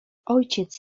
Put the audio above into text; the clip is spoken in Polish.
ojciec